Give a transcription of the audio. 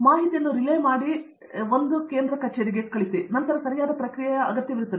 ಮಾಹಿತಿಯನ್ನು ರಿಲೇ ಮಾಡಿ 1 ಕೇಂದ್ರ ಕಚೇರಿ ನಂತರ ಸರಿಯಾದ ಪ್ರಕ್ರಿಯೆ ಅಗತ್ಯವಿರುತ್ತದೆ